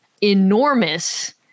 enormous